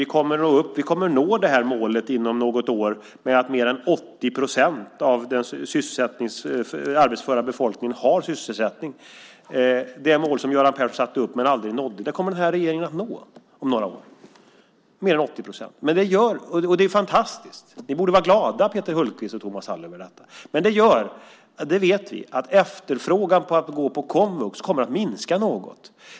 Vi kommer att nå målet inom något år om att mer än 80 procent av den arbetsföra befolkningen ska ha sysselsättning, det mål som Göran Persson satte upp men aldrig nådde. Det kommer den här regeringen att nå om några år. Det är fantastiskt. Ni borde vara glada, Peter Hultqvist och Thomas Strand, över detta. Det gör, och det vet vi, att efterfrågan att gå på komvux kommer att minska något.